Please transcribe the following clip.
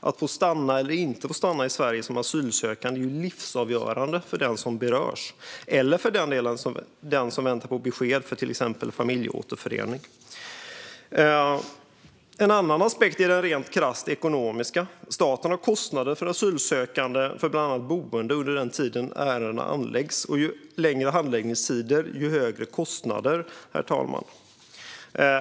Att få stanna eller inte få stanna i Sverige som asylsökande är livsavgörande för den som berörs eller för den som väntar på besked om till exempel familjeåterförening. En annan aspekt är den krasst ekonomiska. Staten har kostnader för asylsökande som bland annat gäller boenden under den tid som ärendena handläggs. Ju längre handläggningstiderna är desto högre blir kostnaderna, herr talman.